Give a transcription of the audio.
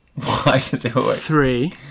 three